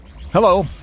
Hello